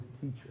teacher